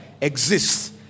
exists